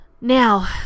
Now